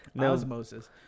Osmosis